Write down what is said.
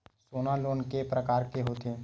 सोना लोन के प्रकार के होथे?